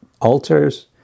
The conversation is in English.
altars